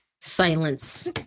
Silence